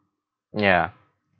ya